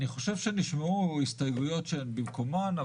אני חושב שנשמעו הסתייגויות שהן במקומן.